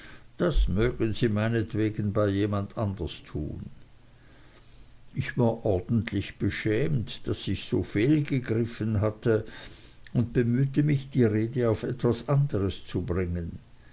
das mögen sie meinetwegen bei jemand anders tun ich war ordentlich beschämt daß ich so fehlgegriffen hatte und bemühte mich die rede auf etwas andres zu bringen